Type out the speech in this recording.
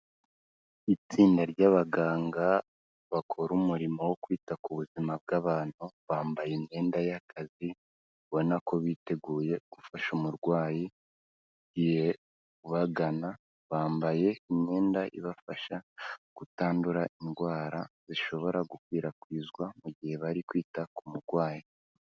Itsinda ry'abaganga bakora umurimo wo kwita ku buzima bw'abantu, bambaye imyenda y'akazi, ubona ko biteguye gufasha umurwayi ubagana, bambaye imyenda ibafasha kutandura indwara, zishobora gukwirakwizwa mu gihe bari kwita ku murwayi.